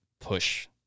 push